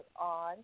on